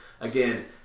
again